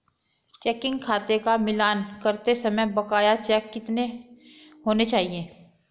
Checking खाते का मिलान करते समय बकाया चेक कितने होने चाहिए?